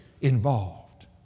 involved